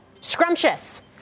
scrumptious